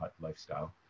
lifestyle